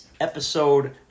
episode